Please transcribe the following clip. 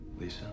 Lisa